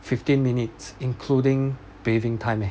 fifteen minutes including bathing time leh